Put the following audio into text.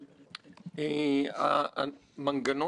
ולא יודע כמה מסירות יש כאן של אנשים,